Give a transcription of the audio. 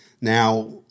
Now